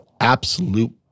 absolute